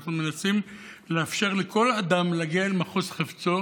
אנחנו מנסים לאפשר לכל אדם להגיע אל מחוז חפצו